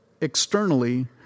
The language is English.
externally